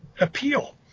appeal